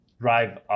drive